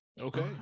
Okay